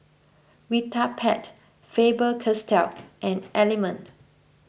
Vitapet Faber Castell and Element